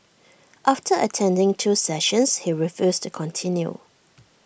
after attending two sessions he refused to continue